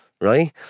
right